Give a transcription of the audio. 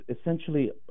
essentially